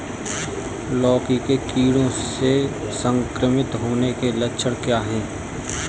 लौकी के कीड़ों से संक्रमित होने के लक्षण क्या हैं?